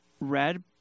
red